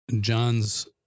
John's